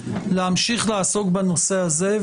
להמשיך לעסוק בנושא הזה,